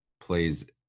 plays